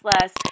less